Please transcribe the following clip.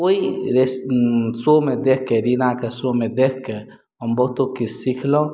ओहि रेसी शो मे देख के रीना के शो मे देख के हम बहुतो किछु सीखलहुॅं